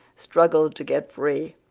struggled to get free,